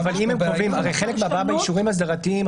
הרי חלק מן הבעיה באישורים אסדרתיים,